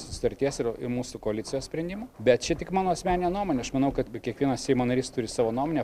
sutarties ir į mūsų koalicijos sprendimų bet čia tik mano asmeninė nuomonė aš manau kad kiekvienas seimo narys turi savo nuomonę